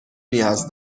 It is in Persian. نیاز